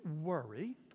worry